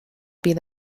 been